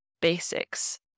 basics